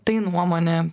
tai nuomonė